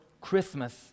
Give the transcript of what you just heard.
Christmas